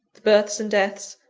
the births and deaths,